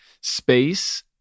space